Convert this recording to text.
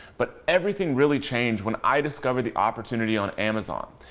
but everything really changed when i discovered the opportunity on amazon.